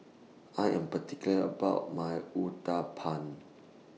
I Am particular about My Uthapam